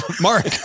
Mark